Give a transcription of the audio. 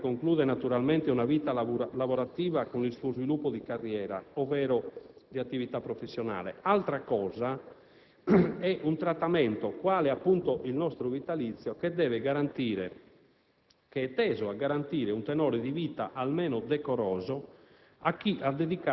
mi preme sottolineare che una cosa è un trattamento di quiescenza che conclude naturalmente una vita lavorativa con il suo sviluppo di carriera ovvero di attività professionale, altra cosa è un trattamento, quale appunto il nostro vitalizio, che è teso a garantire